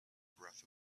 breath